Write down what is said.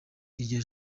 iryo